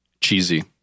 cheesy